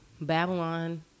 Babylon